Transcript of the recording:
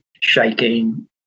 shaking